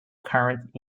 current